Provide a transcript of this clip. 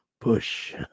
push